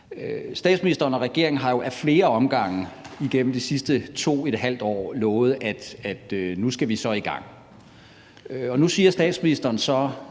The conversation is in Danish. Statsministeren og regeringen har jo ad flere omgange gennem de sidste 2½ år lovet, at nu skal vi så i gang. Og nu siger statsministeren så,